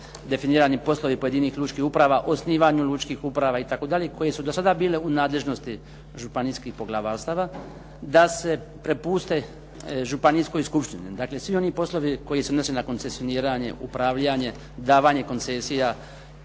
definirani poslovi pojedinih lučkih uprava, osnivanju lučkih uprava itd. koje su do sada bile u nadležnosti županijskih poglavarstava da se prepuste županijskoj skupštini. Dakle, svi oni poslovi koji se odnose na koncesioniranje, upravljanje, davanje koncesija,